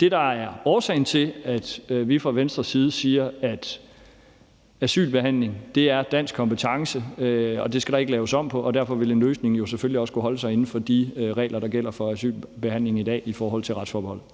Det er årsagen til, at vi fra Venstres side siger, at asylbehandling er dansk kompetence, og det skal der ikke laves om på, og derfor vil en løsning selvfølgelig også skulle holde sig inden for de regler, der gælder for asylbehandling i dag i forhold til retsforbeholdet.